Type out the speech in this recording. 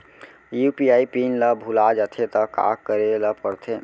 UPI pin ल भुला जाथे त का करे ल पढ़थे?